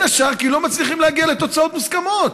השאר כי לא מצליחים להגיע לתוצאות מוסכמות,